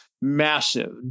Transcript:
massive